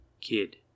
Kid